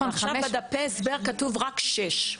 בדפי ההסבר כתוב רק (6).